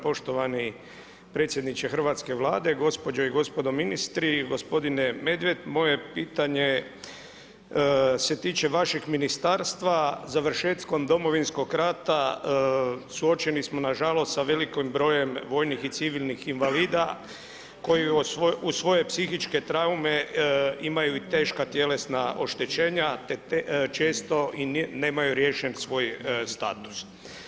Poštovani predsjedniče Hrvatske vlade, gospođo i gospodo ministri, gospodine Medved, moje je pitanje se tiče vašeg ministarstva, završetkom Domovinskog rata, suočeni smo nažalost s velikim brojem vojnih i civilnih invalida, koji uz svoje psihičke traume imaju i teška tjelesna oštećenja, te često nemaju riješen svoj status.